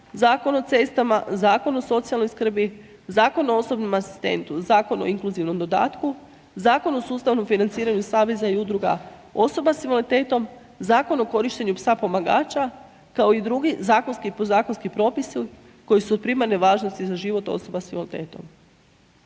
Zakon o cestama, zakon o socijalnoj skrbi, Zakon o osobnom asistentu, Zakon o inkluzivnom dodatku, Zakon o sustavnom financiranju saveza i udruga osoba sa invaliditetom Zakon u korištenju psa pomagača kao i drugi zakonski i podzakonski propisi koji su od primarne važnosti za život osoba sa invaliditetom.